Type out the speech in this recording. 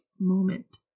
moment